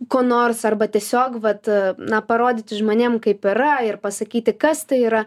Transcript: ko nors arba tiesiog vat na parodyti žmonėm kaip yra ir pasakyti kas tai yra